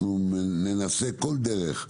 ננסה כל דרך.